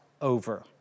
over